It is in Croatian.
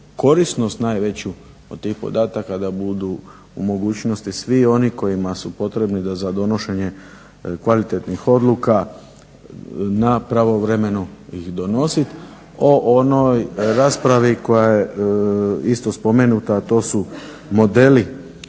korisnost najveću od tih podataka da budu u mogućnosti svi oni kojima su potrebni za donošenje kvalitetnih odluka, pravovremeno ih donosit. O onoj raspravi koja je isto spomenuta, a to su modeli